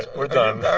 we're done.